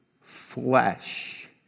flesh